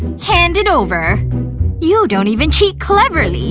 hand it over you don't even cheat cleverly